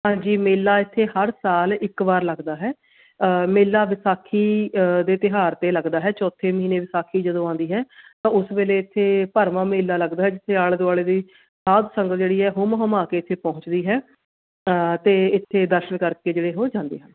ਹਾਂਜੀ ਮੇਲਾ ਇੱਥੇ ਹਰ ਸਾਲ ਇੱਕ ਵਾਰ ਲੱਗਦਾ ਹੈ ਮੇਲਾ ਵਿਸਾਖੀ ਦੇ ਤਿਉਹਾਰ 'ਤੇ ਲੱਗਦਾ ਹੈ ਚੌਥੇ ਮਹੀਨੇ ਵਿਸਾਖੀ ਜਦੋਂ ਆਉਂਦੀ ਹੈ ਤਾਂ ਉਸ ਵੇਲੇ ਇੱਥੇ ਭਰਵਾਂ ਮੇਲਾ ਲੱਗਦਾ ਜਿੱਥੇ ਆਲੇ ਦੁਆਲੇ ਦੀ ਸਾਧ ਸੰਗਤ ਜਿਹੜੀ ਹੈ ਹੁੰਮ ਹੁੰਮਾ ਕੇ ਇੱਥੇ ਪਹੁੰਚਦੀ ਹੈ ਅਤੇ ਇੱਥੇ ਦਰਸ਼ਨ ਕਰਕੇ ਜਿਹੜੇ ਉਹ ਜਾਂਦੇ ਹਨ